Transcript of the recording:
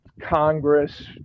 Congress